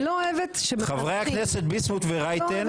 אני לא אוהבת ש --- חברי הכנסת ביסמוט ורייטן,